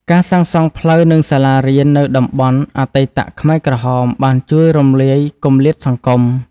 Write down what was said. ការសាងសង់ផ្លូវ និងសាលារៀននៅតំបន់អតីតខ្មែរក្រហម បានជួយរំលាយគម្លាតសង្គម។